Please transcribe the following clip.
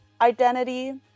identity